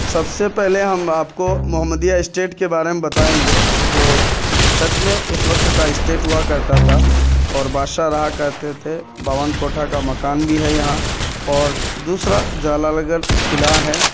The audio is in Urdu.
سب سے پہلے ہم آپ کو محمدیہ اسٹیٹ کے بارے میں بتائیں گے جو سچ میں اس وقت کا اسٹیٹ ہوا کرتا تھا اور بادشاہ رہا کرتے تھے باون کوٹھا کا مکان بھی ہے یہاں اور دوسرا جالال گڑھ قلعہ ہے